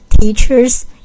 teachers